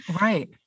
Right